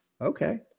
Okay